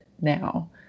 now